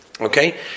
Okay